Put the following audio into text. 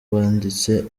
banditse